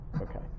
Okay